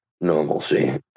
normalcy